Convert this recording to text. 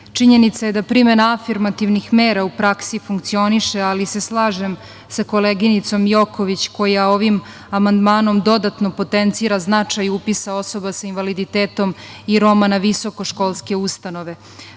manjine. Činjenica je da primena afirmativnih mera u praksi funkcioniše, ali se slažem sa koleginicom Joković, koja ovim amandmanom dodatno potencira značaj upisa osoba sa invaliditetom i Roma na visokoškolske ustanove. Primera